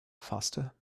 faster